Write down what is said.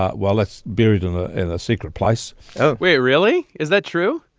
ah well, it's buried in ah in a secret place oh wait. really? is that true?